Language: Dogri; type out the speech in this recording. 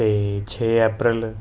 ते छे अप्नैल